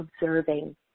observing